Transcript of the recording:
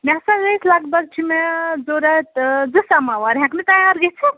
مےٚ ہسا لگ بگ چھِ مےٚ ضوٚرتھ زٕ سماوار ہٮ۪کنہٕ تیار گٔژھِتھ